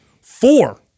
four